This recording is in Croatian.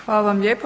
Hvala vam lijepo.